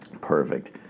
Perfect